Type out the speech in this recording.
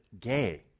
gay